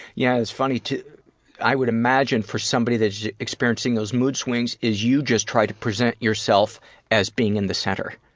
yeah it's funny too i would imagine for somebody that's experiencing those mood swings as you just tried to present yourself as being in the center.